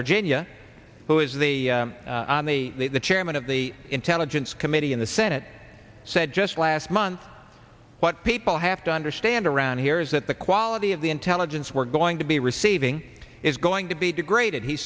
virginia who is the on the the chairman of the intelligence committee in the senate said just last month what people have to understand around here is that the quality of the intelligence we're going to be receiving is going to be degraded he